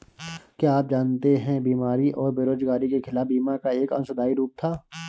क्या आप जानते है बीमारी और बेरोजगारी के खिलाफ बीमा का एक अंशदायी रूप था?